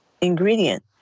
ingredient